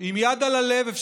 עם יד על הלב,